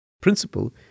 principle